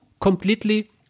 completely